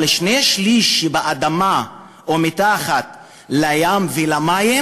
אבל שני-השלישים שבאדמה או מתחת לים ולמים,